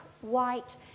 white